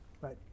right